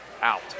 out